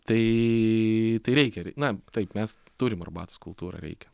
tai tai reikia na taip mes turim arbatos kultūrą reikia